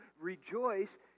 Rejoice